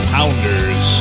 Pounders